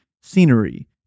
scenery